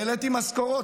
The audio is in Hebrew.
העליתי משכורות.